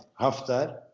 Haftar